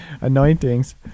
anointings